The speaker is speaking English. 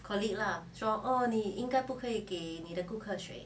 colleague lah 说哦你应该不可以给你的顾客谁